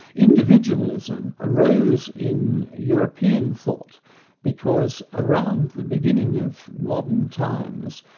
individualism arose in european thought because around the beginning of modern times,